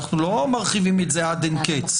אנחנו לא מרחיבים את זה עד אין קץ.